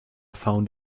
found